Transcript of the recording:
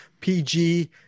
PG